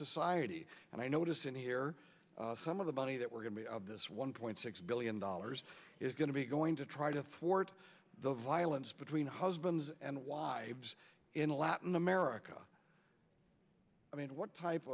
society and i notice in here some of the money that we're going to be out of this one point six billion dollars is going to be going to try to thwart the violence between husbands and wives in latin america i mean what type